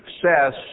success